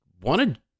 wanted